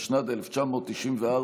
התשנ"ד 1994,